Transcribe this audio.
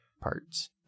parts